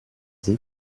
sie